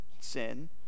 sin